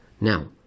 Now